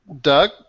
Doug